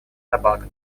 тобаго